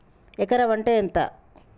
ఎకరం అంటే ఎంత?